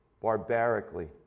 barbarically